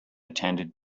attended